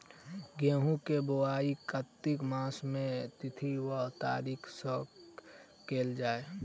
गेंहूँ केँ बोवाई कातिक मास केँ के तिथि वा तारीक सँ कैल जाए?